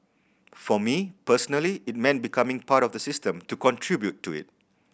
for me personally it meant becoming part of the system to contribute to it